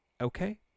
Okay